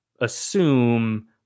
assume